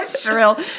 Shrill